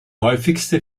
häufigste